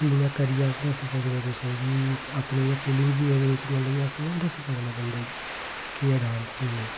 फ्ही इ'यां करियै अस दस्सी सकदे कुसै गी कि अपनी गै फीलिंग बी एहदे बिच्च मतलब कि अस इ'यां दस्सी सकने बंदे गी कि केह् ऐ डांस केह् नेईं